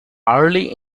early